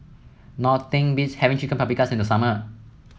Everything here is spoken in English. nothing beats having Chicken Paprikas in the summer